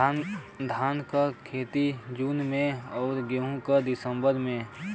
धान क खेती जून में अउर गेहूँ क दिसंबर में?